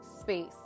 space